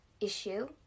issue